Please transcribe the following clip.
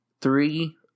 three